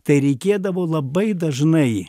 tai reikėdavo labai dažnai